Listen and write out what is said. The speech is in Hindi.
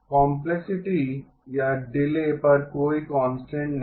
कॉम्पलेक्सिटी या डिले पर कोई कांस्टेंट नहीं